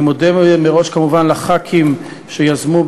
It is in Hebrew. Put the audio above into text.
אני מודה כמובן לחברי הכנסת שיזמו,